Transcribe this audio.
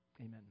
Amen